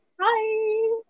Hi